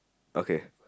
okay